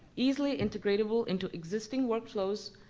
easily integrate-able into existing workflows,